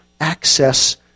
access